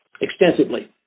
extensively